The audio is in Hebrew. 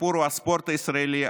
הסיפור הוא הספורט הישראלי,